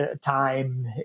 time